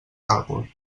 càlcul